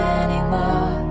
anymore